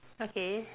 okay